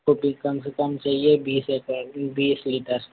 कम से कम चाहिए बीस एकड़ बीस लीटर